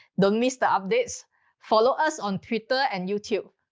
don't miss the updates. follow us on twitter and youtube.